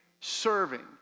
serving